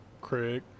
Craig